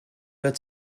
wird